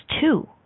two